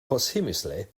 posthumously